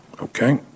okay